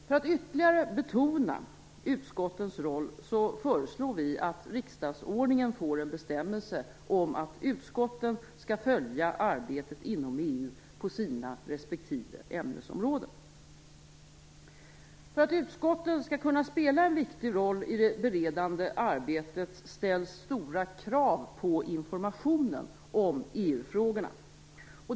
För att ytterligare betona utskottens roll föreslår vi att riksdagsordningen får en bestämmelse om att utskotten skall följa arbetet inom EU på sina respektive ämnesområden. För att utskotten skall kunna spela en viktig roll i det beredande arbetet ställs stora krav på informationen om EU-frågorna.